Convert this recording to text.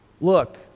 Look